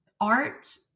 art